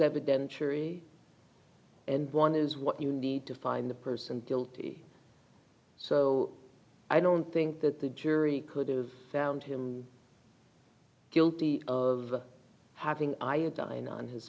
cherry and one is what you need to find the person guilty so i don't think that the jury could have found him guilty of having iodine on his